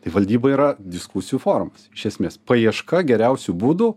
tai valdyba yra diskusijų forumas iš esmės paieška geriausių būdų